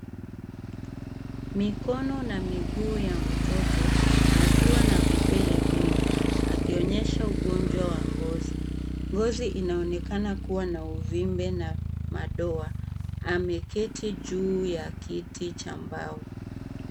Mikono na miguu ya mtoto akiwa na vipele vingi ,akionyesha ugonjwa wa ngozi , ngozi inaonekana kua na uvimbe na madoa ,ameketi juu ya kiti Cha mbao .